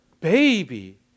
baby